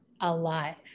alive